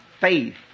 faith